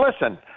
listen